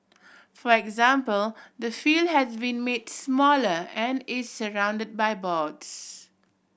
for example the field has been made smaller and is surround by boards